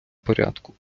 порядку